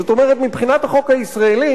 זאת אומרת, מבחינת החוק הישראלי,